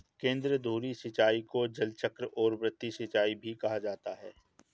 केंद्रधुरी सिंचाई को जलचक्र और वृत्त सिंचाई भी कहा जाता है